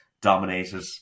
dominated